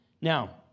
Now